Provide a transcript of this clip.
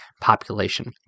population